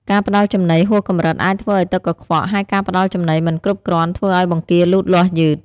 ការផ្តល់ចំណីហួសកម្រិតអាចធ្វើឲ្យទឹកកខ្វក់ ហើយការផ្តល់ចំណីមិនគ្រប់គ្រាន់ធ្វើឲ្យបង្គាលូតលាស់យឺត។